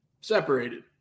separated